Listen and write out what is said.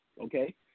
okay